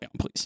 please